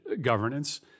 governance